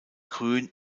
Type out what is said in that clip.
grün